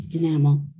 enamel